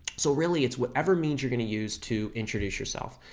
so really it's whatever means you're going to use to introduce yourself.